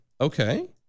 Okay